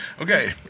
Okay